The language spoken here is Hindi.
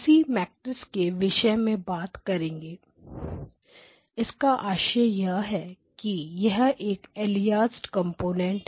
हम ऐसी मैट्रिक्स के विषय में बात करेंगे इसका आशय यह है कि यह एक अलियासिंग कंपोनेंट है